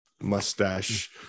mustache